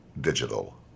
Digital